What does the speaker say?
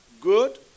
good